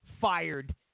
fired